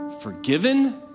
forgiven